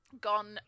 gone